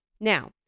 Now